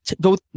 go